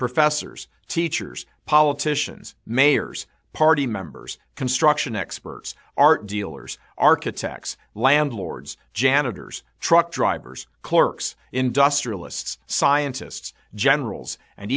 professors teachers politicians mayors party members construction experts art dealers architects landlords janitors truck drivers clerks industrialists scientists generals and